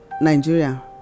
Nigeria